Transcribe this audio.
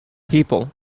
people